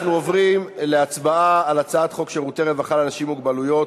אנחנו עוברים להצבעה על הצעת חוק שירותי רווחה לאנשים עם מוגבלות,